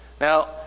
Now